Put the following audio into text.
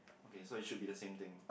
okay so it should be the same thing